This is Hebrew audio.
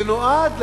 זה נועד להגיד: